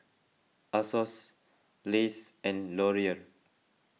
Asos Lays and Laurier